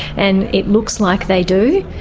and it looks like they do.